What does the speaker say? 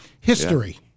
history